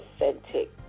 authentic